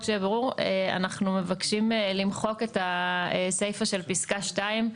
אנחנו מבקשים למחוק את הסיפה של פסקה (2)